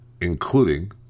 including